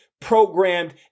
programmed